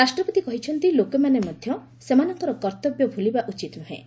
ରାଷ୍ଟ୍ରପତି କହିଛନ୍ତି ଲୋକମାନେ ମଧ୍ୟ ସେମାନଙ୍କର କର୍ତ୍ତବ୍ୟ ଭୁଲିବା ଉଚିତ ନୁହେଁ